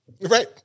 Right